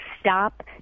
stop